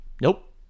Nope